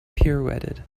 pirouetted